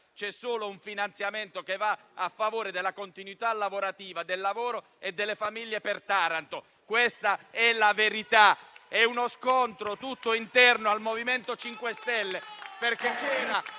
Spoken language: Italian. c'è solo un finanziamento a favore della continuità lavorativa, del lavoro e delle famiglie per Taranto. Questa è la verità. Si tratta di uno scontro tutto interno al MoVimento 5 Stelle,